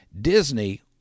Disney